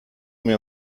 mir